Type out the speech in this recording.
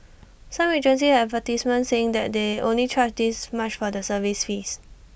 some agencies had advertisements saying that they only charge this much for the service fees